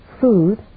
food